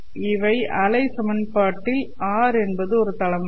இவை அலை சமன்பாட்டில் r என்பது ஒரு தளமாகும்